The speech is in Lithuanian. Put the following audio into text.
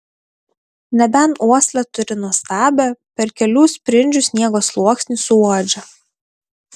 nebent uoslę turi nuostabią per kelių sprindžių sniego sluoksnį suuodžia